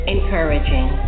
Encouraging